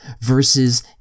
versus